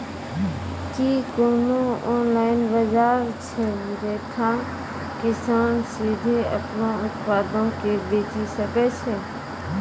कि कोनो ऑनलाइन बजार छै जैठां किसान सीधे अपनो उत्पादो के बेची सकै छै?